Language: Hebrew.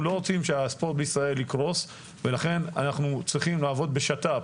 אנחנו לא רוצים שהספורט בישראל יקרוס ולכן אנחנו צריכים לעבוד בשת"פ